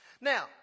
Now